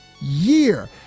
year